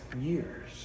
years